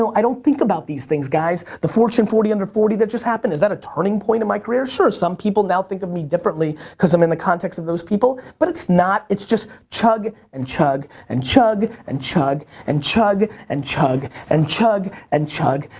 so i don't think about these things, guys. the fortune forty under forty that just happened, is that a turning point in my career? sure, some people now think of me differently cause i'm in the context of those people, but it's not. it's just chug and chug and chug and chug and chug and chug and chug and chug,